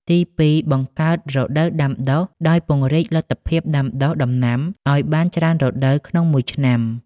ទីពីរ បង្កើតរដូវដាំដុះ ដោយពង្រីកលទ្ធភាពដាំដុះដំណាំឱ្យបានច្រើនរដូវក្នុងមួយឆ្នាំ។